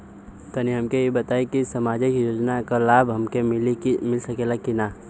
तनि हमके इ बताईं की सामाजिक योजना क लाभ हमके मिल सकेला की ना?